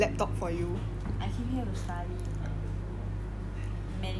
I came here to study managerial accounting